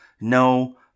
no